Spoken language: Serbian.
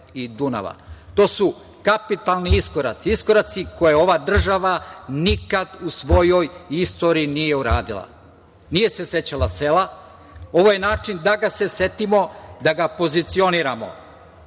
su kapitalni iskoraci, iskoraci koje ova država nikad u svojoj istoriji nije uradila – nije se sećala sela. Ovo je način da ga se setimo, da ga pozicioniramo